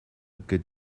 good